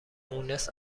مونس